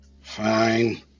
Fine